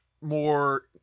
more